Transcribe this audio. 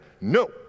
No